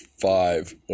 five